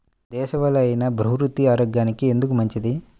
దేశవాలి అయినా బహ్రూతి ఆరోగ్యానికి ఎందుకు మంచిది?